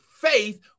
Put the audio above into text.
faith